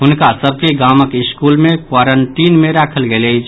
हुनका सभ के गामक स्कूल मे क्वारेंटीन मे राखल गेल अछि